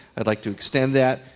i'd like to extend that.